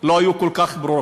לא היו כל כך ברורות.